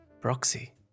proxy